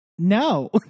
no